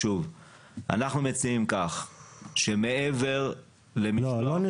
אנחנו מציעים שמעבר למשלוח --- לא.